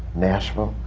nashville,